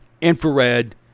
infrared